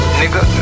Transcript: nigga